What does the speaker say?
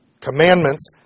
commandments